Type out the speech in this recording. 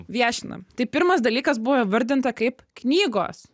viešinam tai pirmas dalykas buvo įvardinta kaip knygos